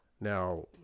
Now